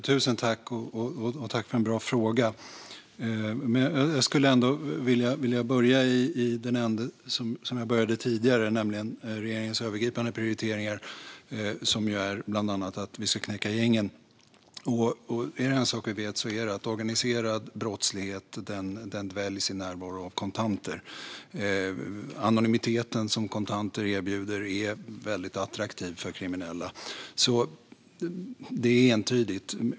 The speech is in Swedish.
Fru talman! Tusen tack för en bra fråga! Jag skulle ändå vilja börja i den ände som jag började i tidigare, nämligen regeringens övergripande prioriteringar, som bland annat innefattar att vi ska knäcka gängen. Är det en sak vi vet är det att organiserad brottslighet dväljs i närvaro av kontanter. Anonymiteten som kontanter erbjuder är väldigt attraktiv för kriminella. Det är entydigt.